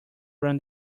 run